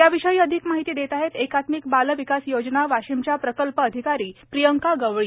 या विषयी अधिक माहिती देत आहेत एकात्मिक बाल विकास योजना वाशीमच्या प्रकल्प अधिकारी प्रियंका गवळी